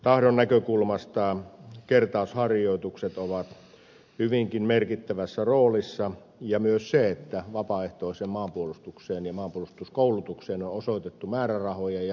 tahdon näkökulmasta kertausharjoitukset ovat hyvinkin merkittävässä roolissa ja myös se että vapaaehtoiseen maanpuolustukseen ja maanpuolustuskoulutukseen on osoitettu määrärahoja